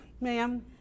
Ma'am